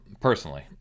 personally